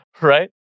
Right